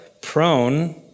prone